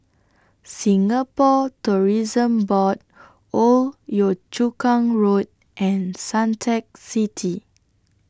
Singapore Tourism Board Old Yio Chu Kang Road and Suntec City